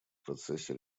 процессе